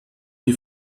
die